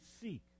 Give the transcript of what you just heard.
seek